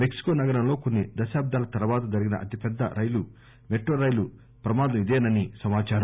Mexico నగరంలో కొన్ని దశాబ్దాల తర్వాత జరిగిన అతిపెద్ద మెట్రో రైలు ప్రమాదం ఇదేనని సమాదారం